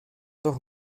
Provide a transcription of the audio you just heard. doch